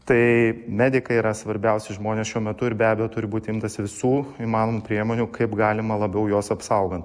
tai medikai yra svarbiausi žmonės šiuo metu ir be abejo turi būti imtasi visų įmanomų priemonių kaip galima labiau juos apsaugant